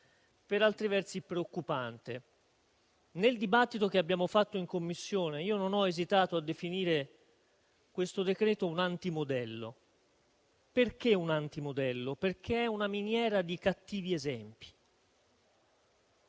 per altri versi preoccupante. Nel dibattito che abbiamo fatto in Commissione non ho esitato a definire questo decreto-legge un anti-modello, perché è una miniera di cattivi esempi.